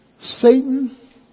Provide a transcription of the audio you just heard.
Satan